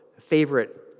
favorite